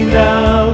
now